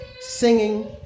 singing